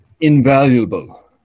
invaluable